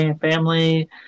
family